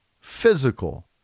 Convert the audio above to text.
physical